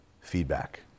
feedback